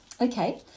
Okay